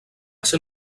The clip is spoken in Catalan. ser